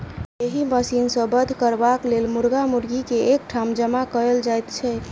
एहि मशीन सॅ वध करबाक लेल मुर्गा मुर्गी के एक ठाम जमा कयल जाइत छै